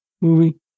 movie